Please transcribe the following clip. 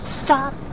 stop